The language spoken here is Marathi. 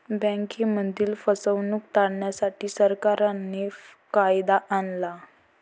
बँकांमधील फसवणूक टाळण्यासाठी, सरकारने कायदा आणला